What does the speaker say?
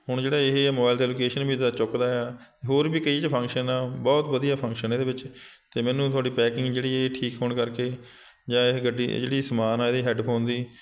ਹੁਣ ਜਿਹੜਾ ਇਹ ਮੋਬਾਈਲ 'ਤੇ ਲੋਕੇਸ਼ਨ ਵੀ ਦ ਚੁੱਕਦਾ ਆ ਹੋਰ ਵੀ ਕਈ ਇਹ 'ਚ ਫੰਕਸ਼ਨ ਆ ਬਹੁਤ ਵਧੀਆ ਫੰਕਸ਼ਨ ਇਹਦੇ ਵਿੱਚ ਅਤੇ ਮੈਨੂੰ ਤੁਹਾਡੀ ਪੈਕਿੰਗ ਜਿਹੜੀ ਇਹ ਠੀਕ ਹੋਣ ਕਰਕੇ ਜਾਂ ਇਹ ਗੱਡੀ ਜਿਹੜੀ ਸਮਾਨ ਆ ਇਹਦੇ ਹੈਡਫੋਨ ਦੀ